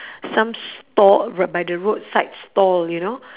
some store r~ by the roadside store you know